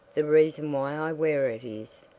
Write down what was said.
the reason why i wear it is,